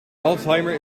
alzheimer